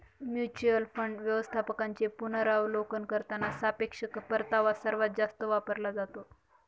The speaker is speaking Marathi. म्युच्युअल फंड व्यवस्थापकांचे पुनरावलोकन करताना सापेक्ष परतावा सर्वात जास्त वापरला जातो